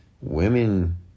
women